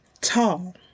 Tall